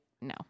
no